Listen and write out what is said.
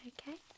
Okay